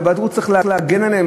וצריך להגן עליהם.